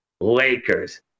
Lakers